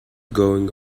going